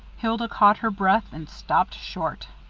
hilda caught her breath and stopped short.